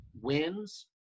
wins